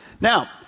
Now